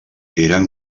eren